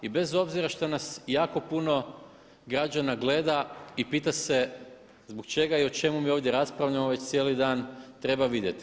I bez obzira što nas jako puno građana gleda i pita se zbog čega i o čemu mi ovdje raspravljamo već cijeli dan treba vidjeti.